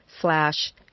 slash